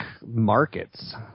markets